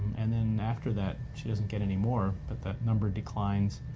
and then after that she doesn't get any more, but that number declines,